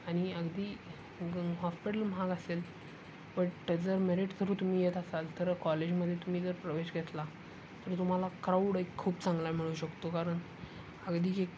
आणि अगदी गं हॉस्पिटल महाग असेल बट जर मेरीट थ्रू तुम्ही येत असाल तर कॉलेजमध्ये तुम्ही जर प्रवेश घेतला तर तुम्हाला क्राऊड एक खूप चांगला मिळू शकतो कारण अगदी एक